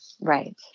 Right